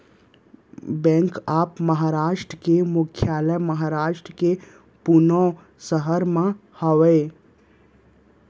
bank of Maharashtra के मुख्यालय महारास्ट के पुने सहर म हवय